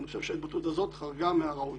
כי אני חושב שההתבטאות הזאת חרגה מהראוי